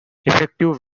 effective